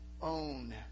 own